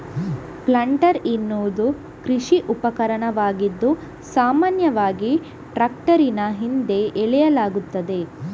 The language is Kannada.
ಪ್ಲಾಂಟರ್ ಎನ್ನುವುದು ಕೃಷಿ ಉಪಕರಣವಾಗಿದ್ದು, ಸಾಮಾನ್ಯವಾಗಿ ಟ್ರಾಕ್ಟರಿನ ಹಿಂದೆ ಎಳೆಯಲಾಗುತ್ತದೆ